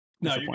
no